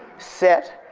set,